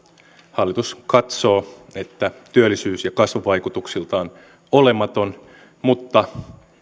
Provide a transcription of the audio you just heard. hallitus katsoo että työllisyys ja kasvuvaikutuksiltaan olematon mutta